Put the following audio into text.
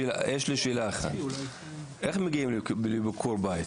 איך מגיעים לביקור בית?